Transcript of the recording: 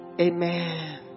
Amen